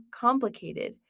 complicated